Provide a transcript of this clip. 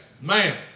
man